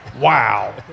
wow